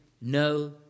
no